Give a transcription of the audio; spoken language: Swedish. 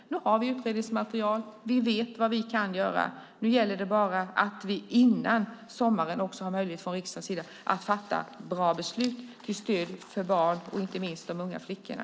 Vi har utredningsmaterial. Vi vet vad vi kan göra. Nu gäller det att riksdagen före sommaren får möjlighet att fatta bra beslut till stöd för dessa barn och inte minst de unga flickorna.